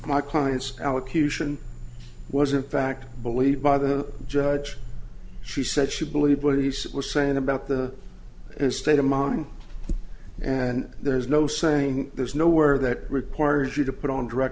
my clients allocution was in fact believed by the judge she said she believed what he said was saying about the state of mind and there's no saying there's no where that requires you to put on direct